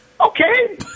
okay